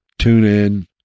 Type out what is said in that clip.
TuneIn